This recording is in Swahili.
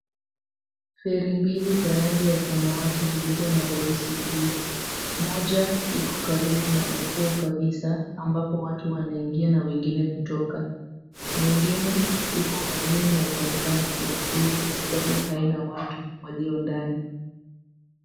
Fei mbili za rangi ya samawati zilizo na weusi juu, moja iko karibu na ufuo kabisa ambapo watu wanaingia na wengine kutoka. Nyingine iko majini na inaonekana kuwasili, kwa sababu haina watu walio ndani.